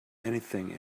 anything